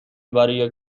برای